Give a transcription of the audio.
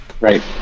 right